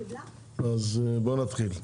אז בואו נתחיל.